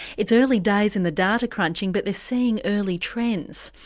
it's early days in the data crunching but they're seeing early trends.